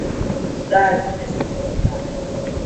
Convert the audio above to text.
bus dar didesnis bardakas